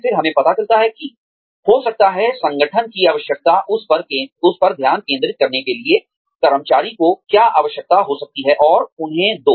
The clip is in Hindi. फिर हमें पता चलता है कि हो सकता है संगठन की आवश्यकता है उस पर ध्यान केंद्रित करने के लिए कर्मचारी को क्या आवश्यकता हो सकती है और उन्हें दो